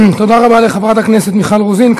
תודה רבה לחברת הכנסת מיכל רוזין.